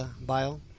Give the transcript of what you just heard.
bio